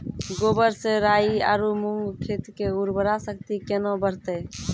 गोबर से राई आरु मूंग खेत के उर्वरा शक्ति केना बढते?